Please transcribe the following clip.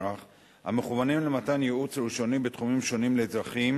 המכוונים למתן ייעוץ ראשוני בתחומים שונים לאזרחים,